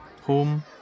home